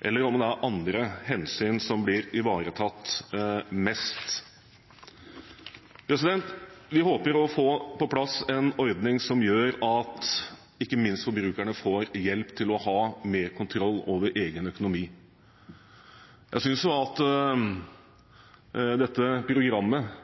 eller om det er andre hensyn som blir ivaretatt mest. Vi håper å få på plass en ordning som gjør at ikke minst forbrukerne får hjelp til å ha mer kontroll over egen økonomi. Jeg synes programmet